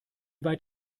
weit